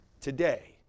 today